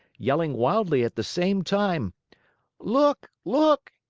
yelling wildly at the same time look, look!